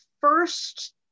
first